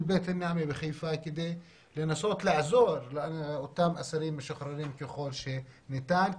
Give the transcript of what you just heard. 'בית נעימה' בחיפה כדי לנסות לעזור לאותם אסירים משוחררים ככל שניתן,